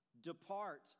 Depart